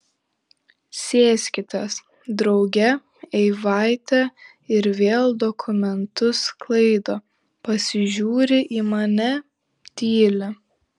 sėskitės drauge eivaite ir vėl dokumentus sklaido pasižiūri į mane tyli